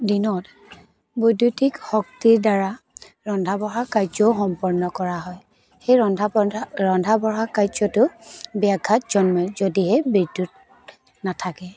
দিনত বৈদ্য়ুতিক শক্তিৰ দ্বাৰা ৰন্ধা বঢ়া কাৰ্য্যও সম্পন্ন কৰা হয় সেই ৰন্ধা বন্ধা ৰন্ধা বঢ়া কাৰ্যটোত ব্যাঘাত জন্মে যদিহে বিদ্য়ুত নাথাকে